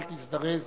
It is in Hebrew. אל תזדרז